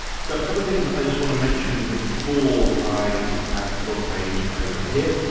so a couple of things i just wanna mention before i add the blog page over here,